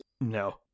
No